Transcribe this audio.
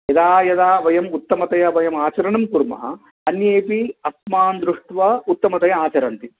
यदा यदा वयम् उत्तमतया वयमाचरणं कुर्मः अन्येऽपि अस्मान् दृष्ट्वा उत्तमतया आचरन्ति